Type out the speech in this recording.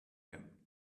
him